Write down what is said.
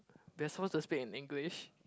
we're supposed to speak in English